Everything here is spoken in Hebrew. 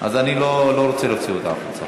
אז אני לא רוצה להוציא אותה החוצה.